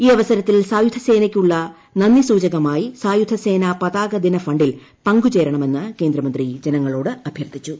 ഈ അവസരത്തിൽ സായുധസേനയ്ക്കുള്ള നന്ദിസൂചകമായി സായുധസേനാ പതാകദിന ഫണ്ടിൽ പങ്കുചേരണമെന്ന് കേന്ദ്രമന്ത്രി ജനങ്ങളോട് അഭ്യർത്ഥിച്ചു